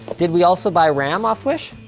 did we also buy ram off wish?